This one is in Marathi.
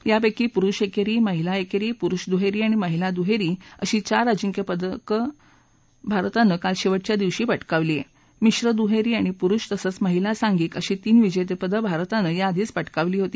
यापैकी पुरुष एकेरी महिला एकेरी पुरुष दुहेरी आणि महिला दुहेरी अशी चार अजिंक्यपदं भारतानं काल शेव उत्या दिवशी प ा क्रिया मिश्र दुहेरी आणि पुरुष तसच महिला सांधिक अशी तीन विजेतेपदं भारतानं याआधीच प क्रिवली होती